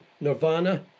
Nirvana